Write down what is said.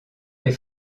les